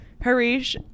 harish